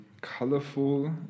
colorful